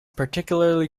particularly